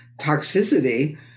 toxicity